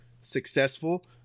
successful